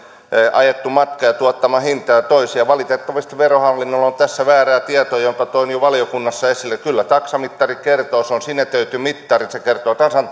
ajettu matka ja tuottama hinta toisiaan valitettavasti verohallinnolla on tässä väärää tietoa minkä toin jo valiokunnassa esille kyllä taksamittari kertoo se on sinetöity mittari eli se kertoo tasan